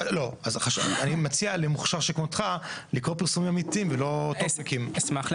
אני מציע למוכשר שכמותך לקרוא פרסומים אמיתיים ולא טוקבקים.